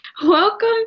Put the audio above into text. Welcome